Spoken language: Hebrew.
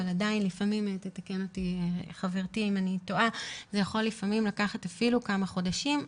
אבל עדיין לפעמים זה יכול לקחת אפילו כמה חודשים,